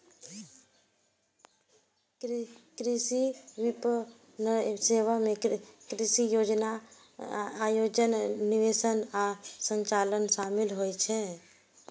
कृषि विपणन सेवा मे कृषि योजना, आयोजन, निर्देशन आ संचालन शामिल होइ छै